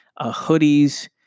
hoodies